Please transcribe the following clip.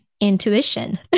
intuition